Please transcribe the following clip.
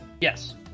Yes